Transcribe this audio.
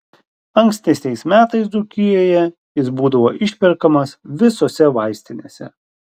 ankstesniais metais dzūkijoje jis būdavo išperkamas visose vaistinėse